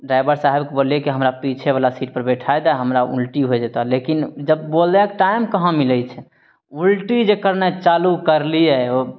driver साहेबके बोललियै कि हमरा पीछेवला सीटपर बैठा दऽ हमरा उल्टी होइ जेतऽ लेकिन जब बोलऽके टाइम कहाँ मिलय छै उल्टी जे करनाइ चालू करलियै